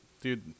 dude